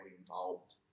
involved